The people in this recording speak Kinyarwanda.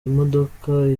imodoka